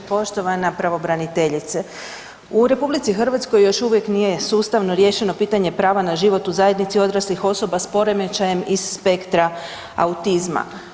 Poštovana pravobraniteljice u RH još uvijek nije sustavno riješeno pitanje prava na život u zajednici odraslih osoba s poremećajem iz spektra autizma.